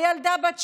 הילדה בת שנה.